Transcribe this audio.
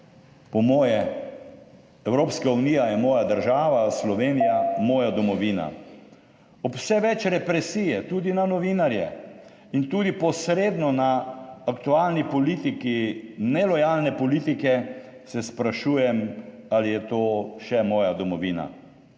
Po moje, Evropska unija je moja država, Slovenija moja domovina. Vse več represije tudi na novinarje in tudi posredno na aktualni politiki nelojalne politike se sprašujem, ali je to še moja domovina